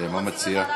מה אתה מציע?